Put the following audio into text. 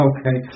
Okay